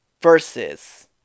versus